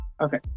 Okay